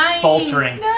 faltering